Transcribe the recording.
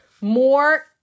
more